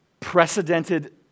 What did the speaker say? precedented